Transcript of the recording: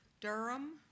Durham